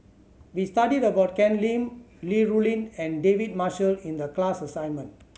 we studied about Ken Lim Li Rulin and David Marshall in the class assignment